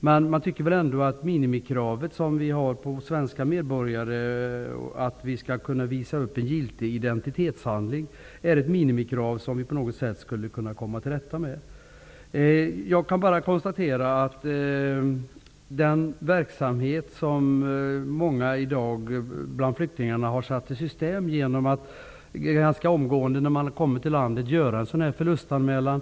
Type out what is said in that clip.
Men att kunna visa upp en giltig identitetshandling -- dvs. ett minimikrav som ställs på svenska medborgare -- är ett minimikrav som på något sätt skulle kunna upprätthållas. Många flyktingar har i dag satt i system att ganska omgående när de kommer till landet göra en förlustanmälan.